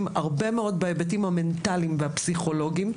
הרבה מאוד בהיבטים המנטליים והפסיכולוגיים,